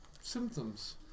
symptoms